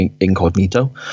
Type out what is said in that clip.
incognito